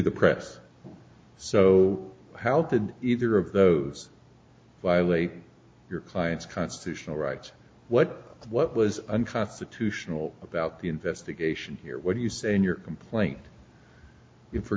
the press so how did either of those violate your client's constitutional rights what what was unconstitutional about the investigation here what do you say in your complaint in for